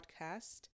podcast